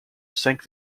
sank